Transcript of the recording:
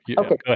Okay